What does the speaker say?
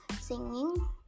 singing